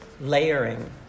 layering